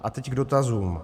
A teď k dotazům.